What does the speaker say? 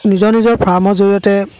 নিজৰ নিজৰ ফাৰ্মৰ জৰিয়তে